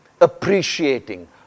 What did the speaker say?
appreciating